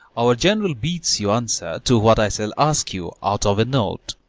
our general bids you answer to what i shall ask you out of a note.